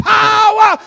power